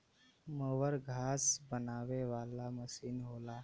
mower घास बनावे वाला मसीन होला